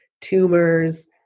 tumors